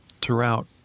throughout